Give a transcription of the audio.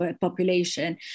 population